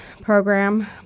program